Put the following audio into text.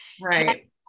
Right